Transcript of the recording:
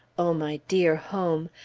o my dear home!